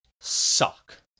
suck